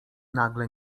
nagle